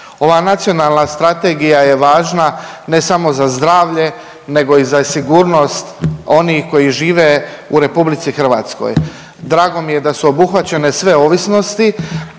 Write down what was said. Ova nacionalna strategija je važna ne samo za zdravlje nego i za sigurnost onih koji žive u RH. Drago mi je da su obuhvaćene sve ovisnosti